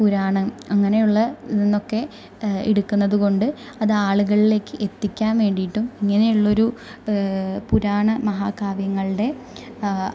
പുരാണം അങ്ങനെയുള്ള ഇതില് നിന്നൊക്കെ എടുക്കുന്നതുകൊണ്ട് അത് ആളുകളിലേക്ക് എത്തിക്കാന് വേണ്ടിയിട്ടും ഇങ്ങനെയുള്ള ഒരു പുരാണ മഹാകാവ്യങ്ങളുടെ